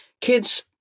kids